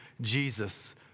Jesus